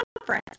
conference